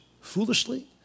foolishly